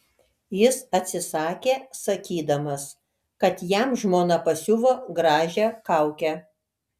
jis atsisakė sakydamas kad jam žmona pasiuvo gražią kaukę